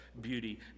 beauty